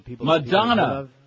Madonna